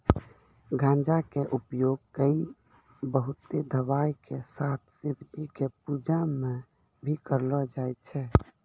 गांजा कॅ उपयोग कई बहुते दवाय के साथ शिवजी के पूजा मॅ भी करलो जाय छै